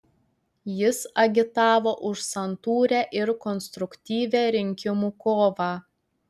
jis agitavo už santūrią ir konstruktyvią rinkimų kovą